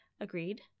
Agreed